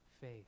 faith